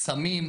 סמים,